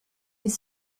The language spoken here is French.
les